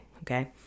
okay